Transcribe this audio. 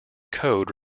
code